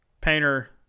Painter